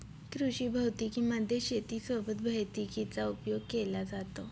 कृषी भौतिकी मध्ये शेती सोबत भैतिकीचा उपयोग केला जातो